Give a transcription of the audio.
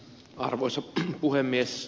arvoisa puhemies